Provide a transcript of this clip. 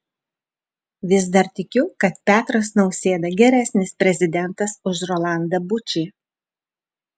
vis dar tikiu kad petras nausėda geresnis prezidentas už rolandą bučį